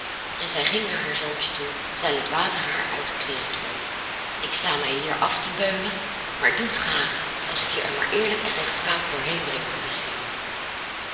en zij ging naar haar zoontje toe terwijl het water haar uit de kleeren droop ik sta mij hier af te beulen maar ik doe het graag als ik je er maar eerlijk en rechtschapen doorheen breng mijn beste jongen